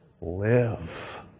live